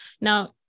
Now